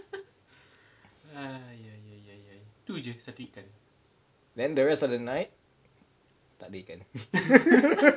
then the rest of the night tak ada ikan